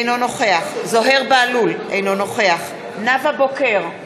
אינו נוכח זוהיר בהלול, אינו נוכח נאוה בוקר,